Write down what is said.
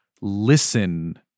listen